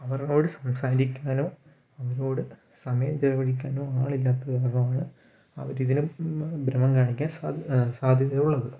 അവരോടു സംസാരിക്കാനോ അവരോടു സമയം ചിലവഴിക്കാനോ ആളില്ലാത്തതു കാരണമാണ് അവരിതിനോട് ഭ്രമം കാണിക്കാൻ സാദ്ധ്യതയുള്ളത്